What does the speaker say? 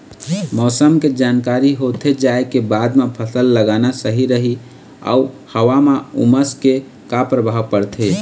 मौसम के जानकारी होथे जाए के बाद मा फसल लगाना सही रही अऊ हवा मा उमस के का परभाव पड़थे?